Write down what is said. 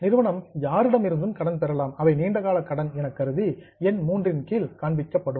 நிறுவனம் யாரிடமிருந்தும் கடன் பெறலாம் அவை நீண்ட கால கடன் எனக்கருதி என் 3 இன் கீழ் காண்பிக்கப்படும்